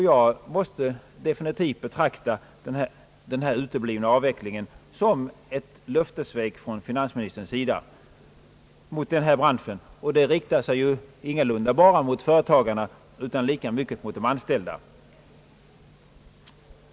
Jag måste definitivt betrakta den uteblivna avvecklingen som ett löftessvek från finansministerns sida mot denna bransch, och sveket riktar sig ju inte bara mot företagarna utan lika mycket mot de anställda.